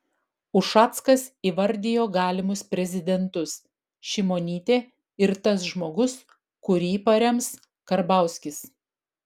ušackas įvardijo galimus prezidentus šimonytė ir tas žmogus kurį parems karbauskis